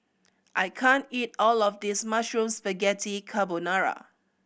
I can't eat all of this Mushroom Spaghetti Carbonara